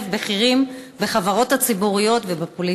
בכירים בחברות הציבוריות ובפוליטיקה,